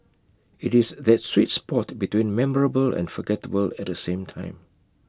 IT is that sweet spot between memorable and forgettable at the same time